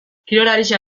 kirolaria